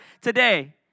today